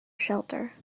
shelter